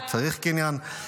צריך קניין,